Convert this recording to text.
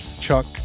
Chuck